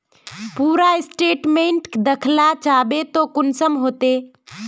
पूरा स्टेटमेंट देखला चाहबे तो कुंसम होते?